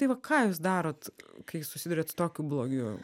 tai va ką jūs darot kai susiduriat su tokiu blogiu